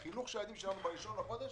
החינוך של הילדים שלנו ב-1 בספטמבר